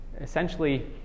essentially